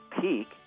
peak